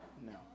No